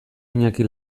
iñaki